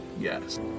Yes